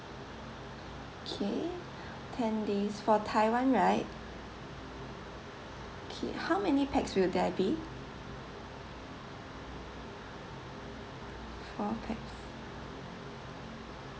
okay ten days for taiwan right okay how many pax will that be four pax